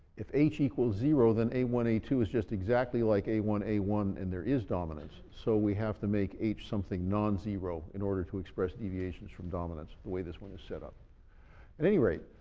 if h like zero, then a one, a two is just exactly like a one, a one, and there is dominance. so we have to make h something non-zero, in order to express deviations from dominance, the way this one is set up. at any rate,